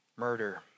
Murder